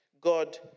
God